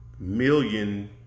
million